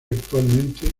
actualmente